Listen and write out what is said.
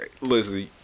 listen